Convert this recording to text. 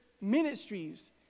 ministries